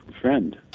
friend